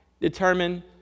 determine